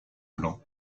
blancs